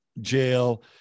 jail